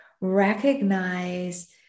recognize